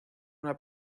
una